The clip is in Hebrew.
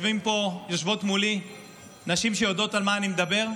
יושבות מולי נשים שיודעות על מה אני מדבר.